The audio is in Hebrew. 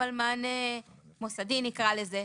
אבל מענה מוסדי נקרא לזה,